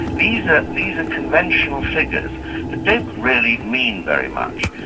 these ah these are conventional figures that don't really mean very much.